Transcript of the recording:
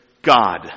God